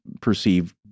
perceive